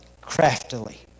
craftily